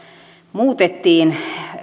muutettiin